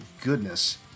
goodness